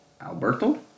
Alberto